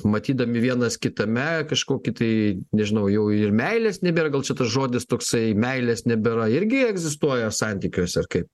matydami vienas kitame kažkokį tai nežinau jau ir meilės nebėra gal čia tas žodis toksai meilės nebėra irgi egzistuoja santykiuose ar kaip